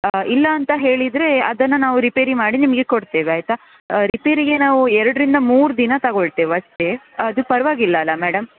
ಇಲ್ಲಾಂತ ಹೇಳಿದರೆ ಅದನ್ನು ನಾವು ರಿಪೇರ್ ಮಾಡಿ ನಿಮಗೆ ಕೊಡ್ತೇವೆ ಆಯಿತಾ ರಿಪೇರಿಗೆ ನಾವು ಎರಡರಿಂದ ಮೂರು ದಿನ ತಗೊಳ್ತೇವೆ ಅಷ್ಟೆ ಅದು ಪರವಾಗಿಲ್ಲಲ್ಲ ಮೇಡಮ್